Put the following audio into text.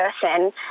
person